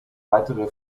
weitere